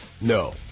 No